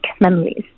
memories